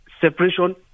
separation